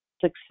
success